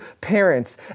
parents